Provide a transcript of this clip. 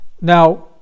Now